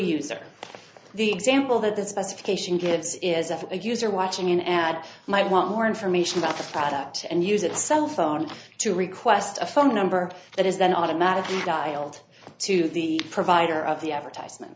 or the example that the specification gives is if a user watching an ad might want more information about the product and use its cellphone to request a phone number that is then automatically dialed to the provider of the advertisement